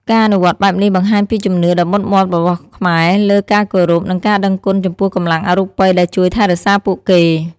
ការអនុវត្តបែបនេះបង្ហាញពីជំនឿដ៏មុតមាំរបស់ខ្មែរលើការគោរព និងការដឹងគុណចំពោះកម្លាំងអរូបិយដែលជួយថែរក្សាពួកគេ។